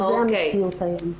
זו המציאות היום.